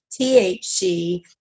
THC